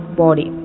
body